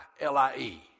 L-I-E